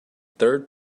third